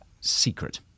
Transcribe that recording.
secret